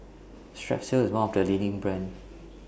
Strepsils IS one of The leading brands